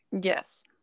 Yes